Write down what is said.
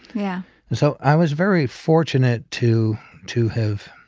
yeah and so i was very fortunate to to have